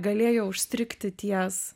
galėjo užstrigti ties